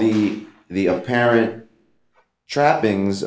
the the parent trappings